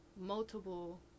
multiple